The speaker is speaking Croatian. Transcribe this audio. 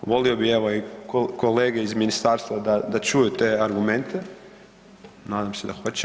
Volio bih, evo, i kolege iz ministarstva da čuju te argumente, nadam se da hoće.